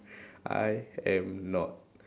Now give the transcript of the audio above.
I am not